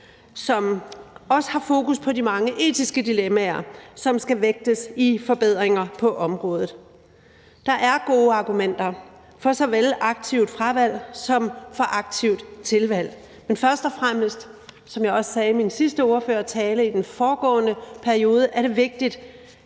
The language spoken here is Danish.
som har fokus på de mange etiske dilemmaer, som skal vægtes ved forbedringer på området. Der er gode argumenter for såvel aktivt fravalg som for aktivt tilvalg, men først og fremmest, som jeg også sagde i min sidste ordførertale i den foregående periode, er det vigtigt,